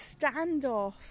standoff